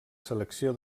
selecció